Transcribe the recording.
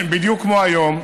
בדיוק כמו היום,